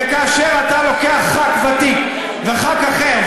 וכאשר אתה לוקח חבר כנסת ותיק וחבר כנסת אחר,